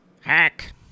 Hack